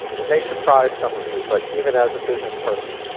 it may surprise some of you, but even as a business person,